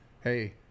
Hey